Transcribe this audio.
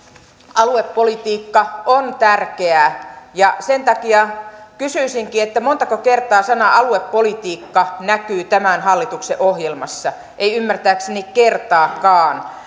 aluepolitiikka on tärkeää sen takia kysyisinkin montako kertaa sana aluepolitiikka näkyy tämän hallituksen ohjelmassa ei ymmärtääkseni kertaakaan